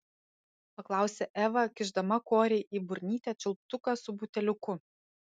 paklausė eva kišdama korei į burnytę čiulptuką su buteliuku